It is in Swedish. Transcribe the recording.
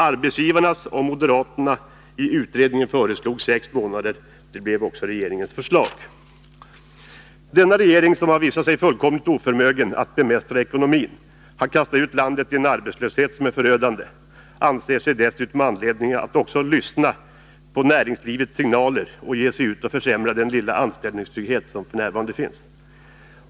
Arbetsgivarna och moderaterna i utredningen föreslog sex månader. Det blev också regeringens förslag. Denna regering, som har visat sig fullkomligt oförmögen att bemästra ekonomin och har kastat ut landet i en arbetslöshet som är förödande, anser sig dessutom ha anledning att ”lyssna på näringslivets signaler” och ge sig ut och försämra den lilla anställningstrygghet som f. n. finns.